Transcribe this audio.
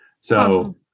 So-